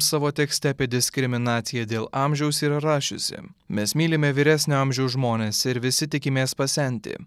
savo tekste apie diskriminaciją dėl amžiaus yra rašiusi mes mylime vyresnio amžiaus žmones ir visi tikimės pasenti